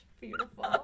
Beautiful